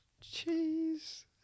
Cheese